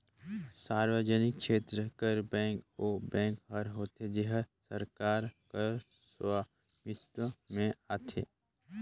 सार्वजनिक छेत्र कर बेंक ओ बेंक हर होथे जेहर सरकार कर सवामित्व में आथे